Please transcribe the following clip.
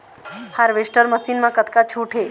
Harvester machine मा कतका छूट हे?